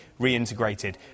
reintegrated